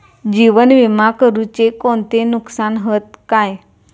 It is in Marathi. जीवन विमा करुचे कोणते नुकसान हत काय?